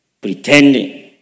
pretending